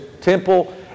temple